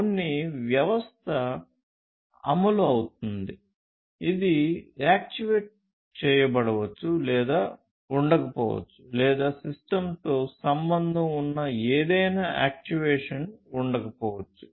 కొన్ని వ్యవస్థ అమలు అవుతుంది ఇది యాక్చువేట్ చేయబడవచ్చు లేదా ఉండకపోవచ్చు లేదా సిస్టమ్తో సంబంధం ఉన్న ఏదైనా యాక్చుయేషన్ ఉండకపోవచ్చు